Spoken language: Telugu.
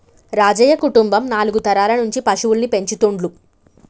రాజయ్య కుటుంబం నాలుగు తరాల నుంచి పశువుల్ని పెంచుతుండ్లు